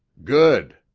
good.